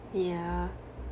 yeah